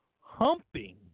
humping